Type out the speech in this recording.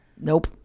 Nope